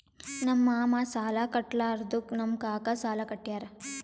ನಮ್ ಮಾಮಾ ಸಾಲಾ ಕಟ್ಲಾರ್ದುಕ್ ನಮ್ ಕಾಕಾ ಸಾಲಾ ಕಟ್ಯಾರ್